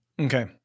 Okay